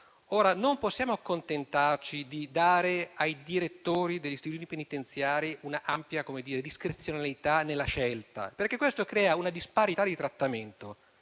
Ora non possiamo accontentarci di dare ai direttori degli istituti penitenziari un'ampia discrezionalità nella scelta, perché questo crea una disparità di trattamento